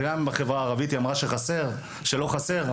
היא אמרה שבחברה הערבית שלא חסר,